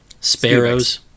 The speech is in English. Sparrows